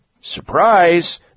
Surprise